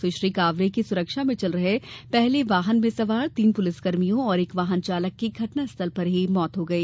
सुश्री कांवरे की सुरक्षा मे चल रहे पहले वाहन में सवार तीन पुलिसकर्मियो और एक वाहन चालक की घटनास्थल पर ही मौत हो गई